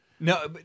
No